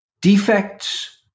defects